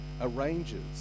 arranges